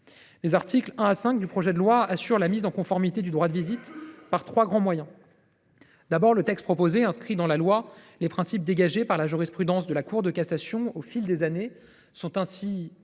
Les articles 1 à 5 du projet de loi assurent la mise en conformité de ce droit par trois grands moyens. Tout d’abord, le texte proposé inscrit dans la loi les principes dégagés par la jurisprudence de la Cour de cassation au fil des années. Sont ainsi codifiés